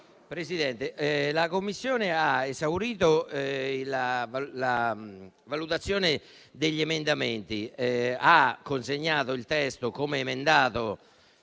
Presidente, la Commissione ha esaurito la valutazione degli emendamenti e consegnato il testo come emendato